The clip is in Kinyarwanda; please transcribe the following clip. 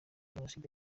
jenoside